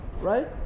right